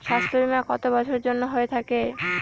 স্বাস্থ্যবীমা কত বছরের জন্য হয়ে থাকে?